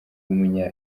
w’umunya